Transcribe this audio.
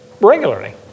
regularly